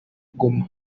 goma